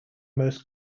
most